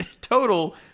total